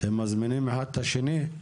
מזמינים אחד את השני?